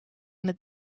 het